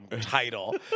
title